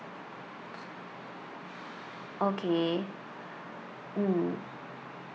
okay mm